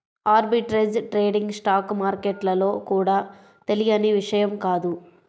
arbitrage trading stock మార్కెట్లలో కూడా తెలియని విషయం కాదు